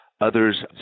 Others